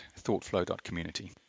thoughtflow.community